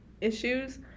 issues